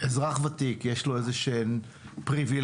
אזרח ותיק, יש לו איזשהם פריווילגיות,